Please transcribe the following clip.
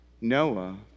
Noah